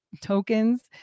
Tokens